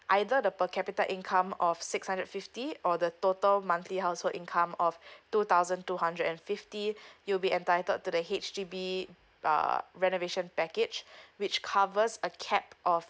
either the per capita income of six hundred and fifty or the total monthly household income of two thousand two hundred and fifty you will be entitled to the H_D_B err renovation package which covers a cap of